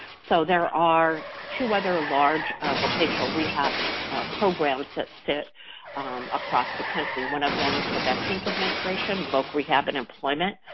so there are two other large vocational rehab programs that sit across the country. one of them's the veterans administration voc rehab and employment